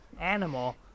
animal